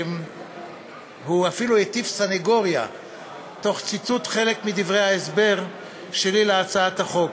והוא אפילו הטיף סנגוריה תוך ציטוט חלק מדברי ההסבר שלי להצעת החוק.